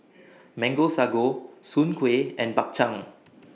Mango Sago Soon Kueh and Bak Chang